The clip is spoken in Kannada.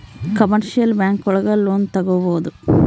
ಕಮರ್ಶಿಯಲ್ ಬ್ಯಾಂಕ್ ಒಳಗ ಲೋನ್ ತಗೊಬೋದು